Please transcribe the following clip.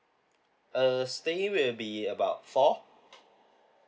uh staying will be about four